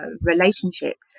relationships